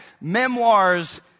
memoirs